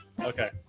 Okay